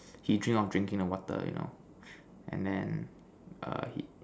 he dream of drinking a water you know and then err he